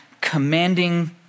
commanding